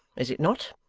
is it not